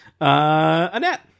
Annette